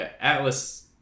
Atlas